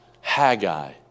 Haggai